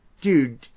dude